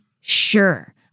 sure